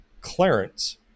Clarence